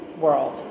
world